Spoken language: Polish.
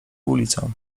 ulicą